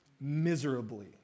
miserably